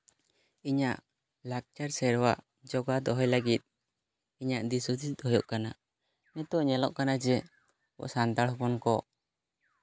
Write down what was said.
ᱤᱧᱟᱹᱜ ᱞᱟᱠᱪᱟᱨ ᱥᱮᱨᱣᱟ ᱡᱚᱜᱟᱣ ᱫᱚᱦᱚᱭ ᱞᱟᱹᱜᱤᱫ ᱤᱧᱟᱹᱜ ᱫᱤᱥ ᱦᱩᱸᱫᱤᱥ ᱫᱚ ᱦᱩᱭᱩᱜ ᱠᱟᱱᱟ ᱱᱤᱛᱚᱜ ᱧᱮᱞᱚᱜ ᱠᱟᱱᱟ ᱡᱮ ᱟᱵᱚ ᱥᱟᱱᱛᱟᱲ ᱦᱚᱯᱚᱱ ᱠᱚ